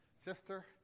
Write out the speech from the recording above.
Sister